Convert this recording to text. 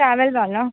travel వాళ్ళా